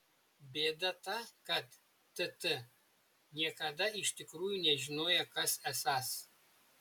bėda ta kad tt niekada iš tikrųjų nežinojo kas esąs